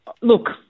Look